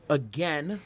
again